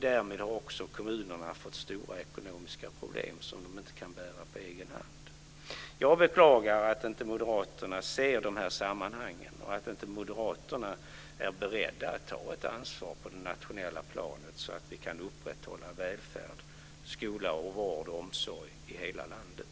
Därmed har också kommunerna fått stora ekonomiska problem som de inte kan bära på egen hand. Jag beklagar att Moderaterna inte ser de här sammanhangen och att de inte är beredda att ta ett ansvar på det nationell planet så att vi kan upprätthålla välfärd, skola, vård och omsorg i hela landet.